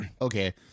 Okay